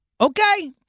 Okay